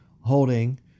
holding